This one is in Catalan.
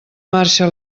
marxa